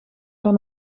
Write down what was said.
van